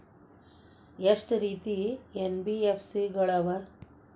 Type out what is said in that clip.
ಎಷ್ಟ ರೇತಿ ಎನ್.ಬಿ.ಎಫ್.ಸಿ ಗಳ ಅವ?